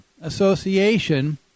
association